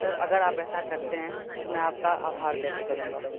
sir अगर आप ऐसा करते है तो मैं आपका आभार व्यक्त करूँगा